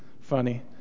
funny